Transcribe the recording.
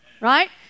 Right